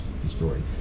destroyed